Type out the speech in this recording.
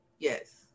Yes